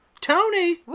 Tony